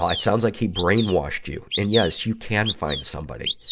um it sounds like he brainwashed you. and, yes, you can find somebody.